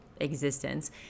existence